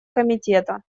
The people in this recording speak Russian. комитета